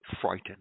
frightened